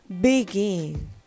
begin